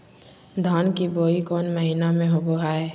धान की बोई कौन महीना में होबो हाय?